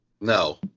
No